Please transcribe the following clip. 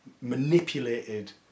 manipulated